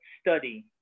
study